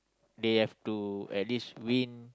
they have to at least win